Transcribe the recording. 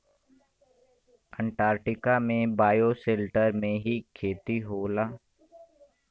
Antarctica में bioshelter में ही खेती होला